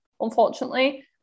unfortunately